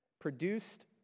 produced